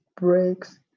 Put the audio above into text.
Breaks